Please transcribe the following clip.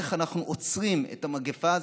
איך אנחנו עוצרים את המגפה הזאת,